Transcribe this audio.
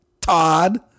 Todd